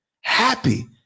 happy